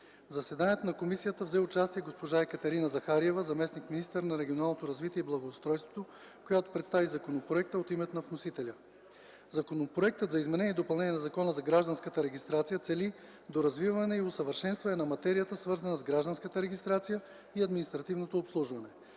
заседанието на комисията взе участие госпожа Екатерина Захариева – заместник-министър на регионалното развитие и благоустройството, която представи законопроекта от името на вносителя. Законопроектът за изменение и допълнение на Закона за гражданската регистрация цели доразвиване и усъвършенстване на материята, свързана с гражданската регистрация и административното обслужване.